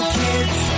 kids